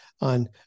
on